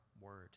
word